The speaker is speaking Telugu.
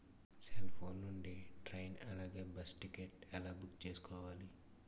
సెల్ ఫోన్ నుండి ట్రైన్ అలాగే బస్సు టికెట్ ఎలా బుక్ చేసుకోవాలి?